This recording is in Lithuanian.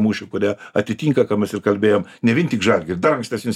mūšių kurie atitinka ką mes ir kalbėjom ne vien tik žalgirį dar ankstesnius